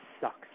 sucks